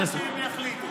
עד שהם יחליטו.